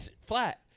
flat